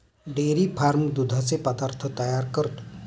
dairy farm दुधाचे पदार्थ तयार करतो